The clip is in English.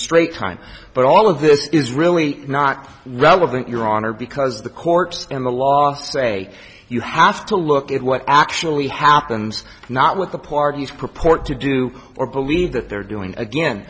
straight time but all of this is really not relevant your honor because the courts and the law say you have to look at what actually happens not with the parties purport to do or believe that they're doing again